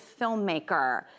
filmmaker